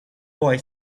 boy